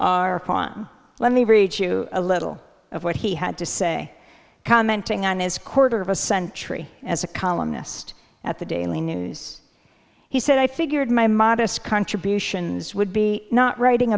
but let me read you a little of what he had to say commenting on his quarter of a century as a columnist at the daily news he said i figured my modest contributions would be not writing